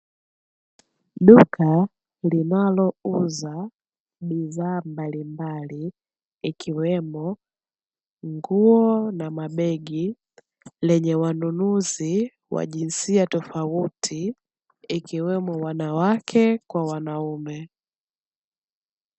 Duka linalouza bidhaa mbalimbali ikiwemo nguo na mabegi, lenye wanunuzi wa jinsia tofauti ikiwemo wanawake kwa wanaume.